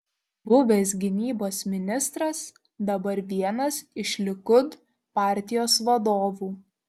buvęs gynybos ministras dabar vienas iš likud partijos vadovų